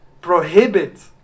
prohibit